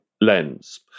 lens